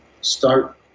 start